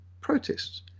protests